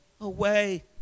away